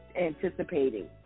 anticipating